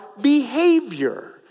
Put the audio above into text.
behavior